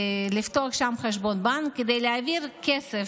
לפתוח שם חשבון בנק כדי להעביר כסף,